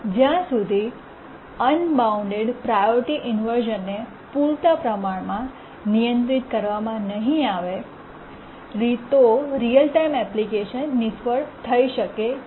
જ્યાં સુધી unbound priority ઇન્વર્શ઼નને પૂરતા પ્રમાણમાં નિયંત્રિત કરવામાં નહીં આવે રીઅલ ટાઇમ એપ્લિકેશન નિષ્ફળ થઈ શકે છે